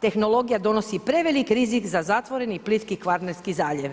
tehnologija donosi prevelik rizik za zatvoreni plinski Kvarnerski zaljev.